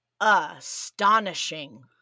astonishing